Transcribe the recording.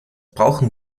brauchen